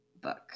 book